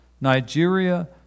Nigeria